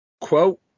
quote